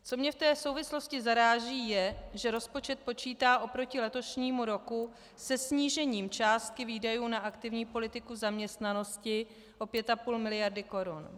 Co mě v té souvislosti zaráží, je, že rozpočet počítá oproti letošnímu roku se snížením částky výdajů na aktivní politiku zaměstnanosti o 5,5 miliardy korun.